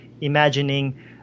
imagining